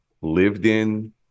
lived-in